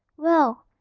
well,